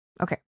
Okay